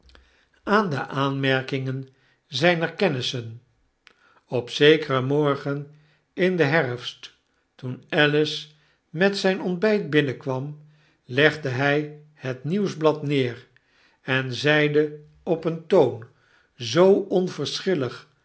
aan de aanmerkingen zijner kennissen op zekeren morgen in den herfst toen alice met zijn ontbijt binnenkwam legde hij het nieuwsblad neer en zeide op een toon zoo